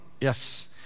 Yes